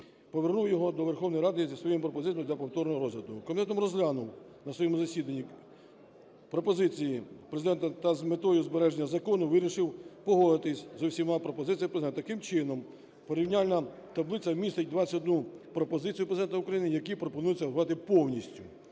повернув його до Верховної Ради зі своїми пропозиціями для повторного розгляду. Комітет розглянув на своєму засіданні пропозиції Президента та з метою збереження закону вирішив погодитись зі всіма пропозиціями Президента. Таким чином, порівняльна таблиця містить 21 пропозицію Президента України, які пропонується врахувати повністю.